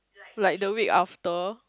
like the week after